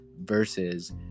versus